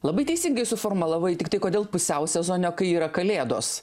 labai teisingai suformulavai tiktai kodėl pusiausezonio kai yra kalėdos